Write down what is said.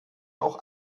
auch